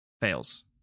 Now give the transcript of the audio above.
fails